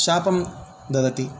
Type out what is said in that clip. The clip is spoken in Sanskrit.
शापं ददति